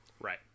Right